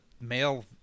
male